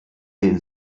den